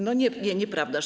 No nie, nieprawdaż.